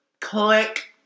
click